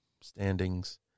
Standings